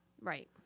Right